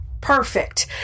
perfect